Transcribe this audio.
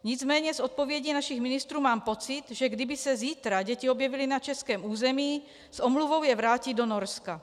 Nicméně z odpovědí našich ministrů mám pocit, že kdyby se zítra děti objevily na českém území, s omluvou je vrátí do Norska.